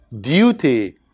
duty